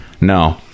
No